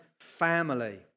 family